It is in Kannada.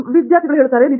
ಮತ್ತು ನಿಮಗೆ ಗೊತ್ತಾ